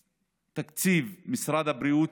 לתקציב משרד הבריאות,